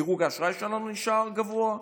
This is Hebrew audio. דירוג האשראי שלנו נשאר גבוה.